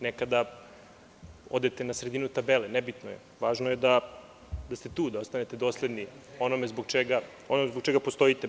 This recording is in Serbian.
Nekada odete na sredinu tabele, važno je da ste tu, da ostajete dosledni onome zbog čega postojite.